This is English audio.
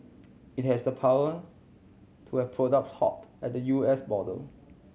it has the power to have products halt at the U S border